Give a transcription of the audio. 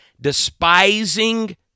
despising